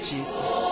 Jesus